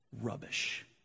rubbish